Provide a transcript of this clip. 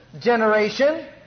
generation